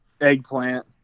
eggplant